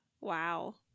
Wow